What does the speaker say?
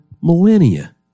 millennia